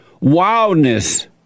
wildness